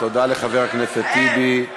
תודה לחבר הכנסת טיבי.